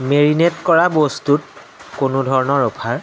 marinate কৰা বস্তুত কোনো ধৰণৰ অফাৰ